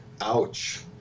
Ouch